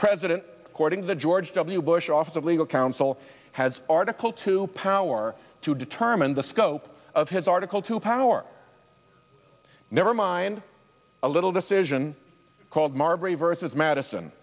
president according to george w bush office of legal counsel has article two power to determine the scope of his article two power never mind a little decision called marbury vs madison